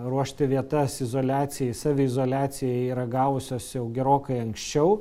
ruošti vietas izoliacijai saviizoliacijai yra gavusios jau gerokai anksčiau